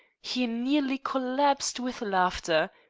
he nearly collapsed with laughter.